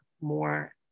more